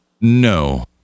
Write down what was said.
No